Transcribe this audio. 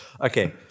Okay